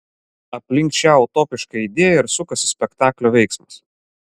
aplink šią utopišką idėją ir sukasi spektaklio veiksmas